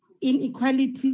inequality